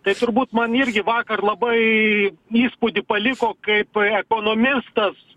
tai turbūt man irgi vakar labai įspūdį paliko kaip ekonomistas